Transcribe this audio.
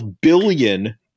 billion